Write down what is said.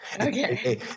Okay